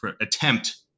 attempt